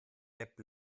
app